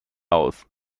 aus